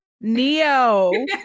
Neo